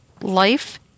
Life